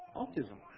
autism